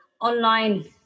online